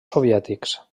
soviètics